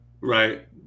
Right